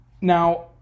Now